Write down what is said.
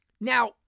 Now